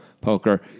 poker